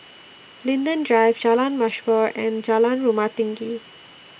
Linden Drive Jalan Mashhor and Jalan Rumah Tinggi